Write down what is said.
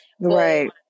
right